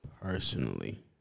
personally